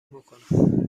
بکنم